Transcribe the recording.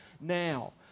now